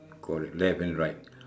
correct left and right